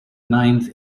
ninth